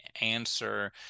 answer